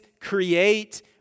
create